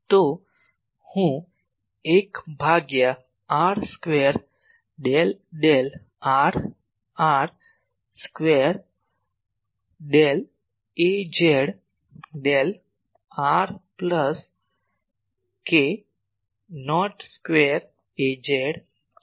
તો હું 1 ભાગ્યા r square del del r r square del Az del r plus કે નોટ સ્ક્વેર Az છે